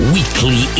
Weekly